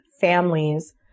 families